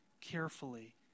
carefully